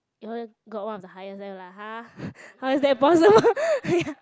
you all got one of the highest then we like !huh! how is that possible ya